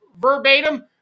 verbatim